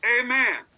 Amen